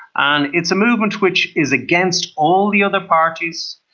and it's a movement which is against all the other parties,